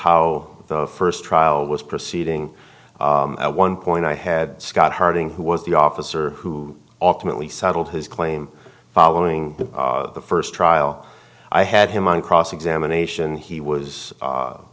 how the first trial was proceeding at one point i had scott harding who was the officer who often we settled his claim following the first trial i had him on cross examination he was